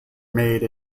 made